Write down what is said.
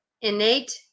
innate